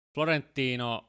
Florentino